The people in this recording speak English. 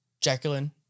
Jacqueline